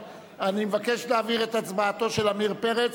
אדוני היושב-ראש,